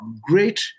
great